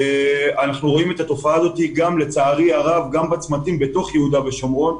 אנחנו רואים את התופעה הזאת לצערי הרב גם בצמתים בתוך יהודה ושומרון,